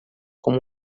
como